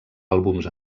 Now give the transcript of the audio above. àlbums